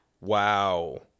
Wow